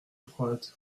froide